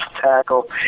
tackle